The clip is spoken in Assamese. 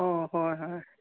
অঁ হয় হয়